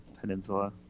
Peninsula